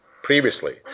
Previously